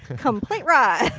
complete ride.